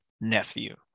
nephew